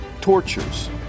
tortures